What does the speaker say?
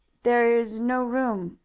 there is no room,